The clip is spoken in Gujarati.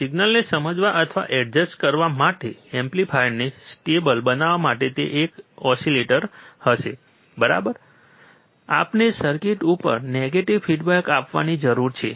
સિગ્નલને સમજવા અથવા એડજસ્ટ કરવા માટે એમ્પ્લીફાયરને સ્ટેબલ બનાવવા માટે તે એક ઓસિલેટર હશે બરાબર આપણે સર્કિટ ઉપર નેગેટિવ ફિડબેક આપવાની જરૂર છે